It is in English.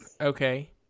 Okay